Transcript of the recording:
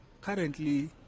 currently